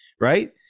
right